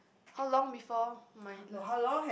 how long before my last